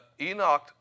Enoch